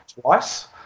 twice